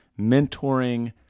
mentoring